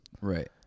Right